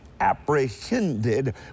apprehended